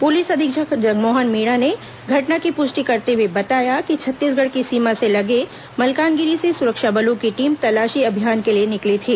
police अधीक्षक जगमोहन मीणा ने घटना की पुष्टि करते हुए बताया कि छत्तीसगढ़ की सीमा से लगे मल्कानगिरी से सुरक्षा बलों की टीम तलाशी अभियान के लिए निकली थी